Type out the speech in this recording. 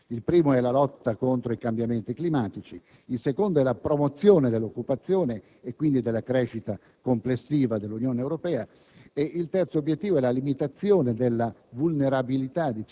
per quanto ambiziosi, non possiamo sfuggire e rinunciare: il primo è la lotta contro i cambiamenti climatici; il secondo è la promozione dell'occupazione e quindi della crescita complessiva dell'Unione Europea;